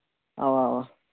اَوا اَوا